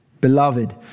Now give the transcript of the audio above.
Beloved